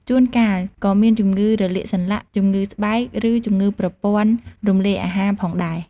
ជួនកាលក៏មានជំងឺរលាកសន្លាក់ ជំងឺស្បែក ឬជំងឺប្រព័ន្ធរំលាយអាហារផងដែរ។